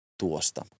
tuosta